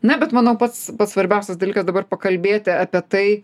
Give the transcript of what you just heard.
na bet manau pats pats svarbiausias dalykas dabar pakalbėti apie tai